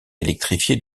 électrifiée